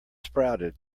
sprouted